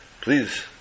please